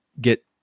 get